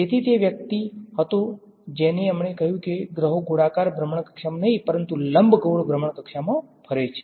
તેથી તે વ્યક્તિ હતો જેણે અમને કહ્યું કે ગ્રહો ગોળાકાર ભ્રમણકક્ષામાં નહીં પરંતુ લંબગોળ ભ્રમણકક્ષામાં ફરે છે